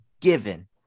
given